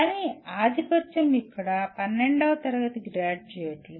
కానీ ఆధిపత్యం ఇక్కడ 12 వ తరగతి గ్రాడ్యుయేట్లు